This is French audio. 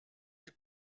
des